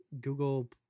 Google